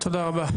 תודה רבה.